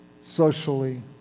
socially